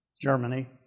Germany